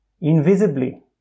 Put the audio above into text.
invisibly